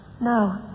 No